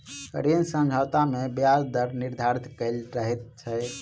ऋण समझौता मे ब्याज दर निर्धारित कयल रहैत छै